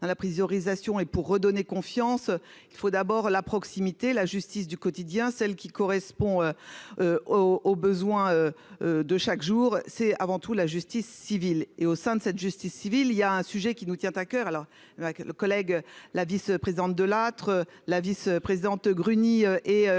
la priorisation et pour redonner confiance, il faut d'abord la proximité, la justice du quotidien, celle qui correspond aux besoins de chaque jour, c'est avant tout la justice civile et au sein de cette justice civile il y a un sujet qui nous tient à coeur, alors que le collègue, la vice-présidente Delattre, la vice-présidente Gruny et Corinne